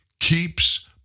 keeps